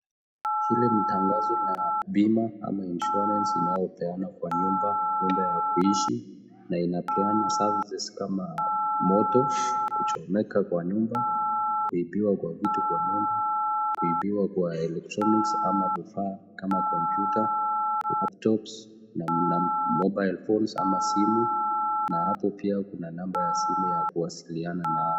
Hili ni tangazo la bima ama insurance inayopeanwa kwa nyumba ,nyumba ya kuishi na inapeana services kama moto, kuchomeka kwa nyumba, kuibiwa vitu kwa nyumba ,kuibiwa kwa electronics ama vifaa kama computer, laptops na mobile phones ama simu na ata pia kuna namba ya simu ya kuwasiliana nao.